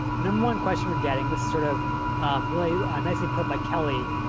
and um one question we're getting, this is sort of really nicely put by kelly,